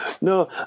no